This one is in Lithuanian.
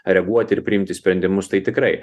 reaguoti ir priimti sprendimus tai tikrai